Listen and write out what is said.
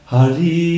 Hari